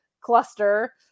cluster